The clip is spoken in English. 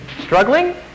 struggling